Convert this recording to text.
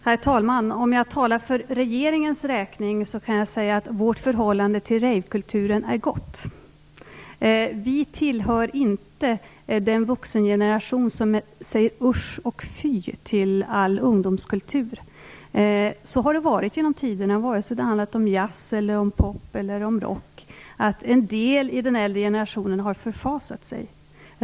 Herr talman! Om jag talar för regeringens räkning kan jag säga att vårt förhållande till rave-kulturen är gott. Vi tillhör inte den vuxengeneration som säger usch och fy till all ungdomskultur. Det har varit så genom tiderna att vare sig det gällt jazz, pop eller rock har en del av den äldre generationen förfasat sig.